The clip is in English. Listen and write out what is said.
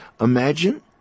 imagine